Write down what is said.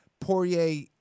Poirier